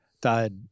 died